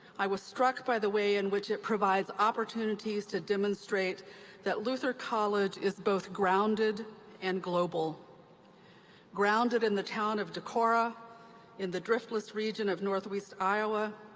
i was struck by the way in which it provides opportunities to demonstrate that luther college is both grounded and global grounded in the town of decorah in the driftless region of northeast iowa,